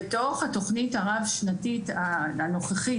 בתוך התוכנית הרב-שנתית הנוכחית,